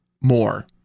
more